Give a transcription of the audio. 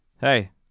Hey